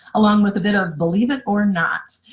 along with a bit of believe it or not.